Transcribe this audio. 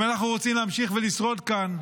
אם אנחנו רוצים להמשיך ולשרוד כאן,